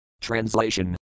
Translation